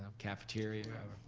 cafeteria.